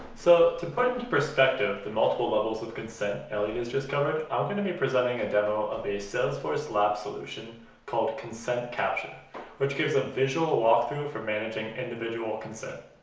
so to put into perspective the multiple levels of consent elliot has just covered i am going to be presenting a demo of salesforce lab solution called consent capture which gives a visual walk-through for managing individual consent.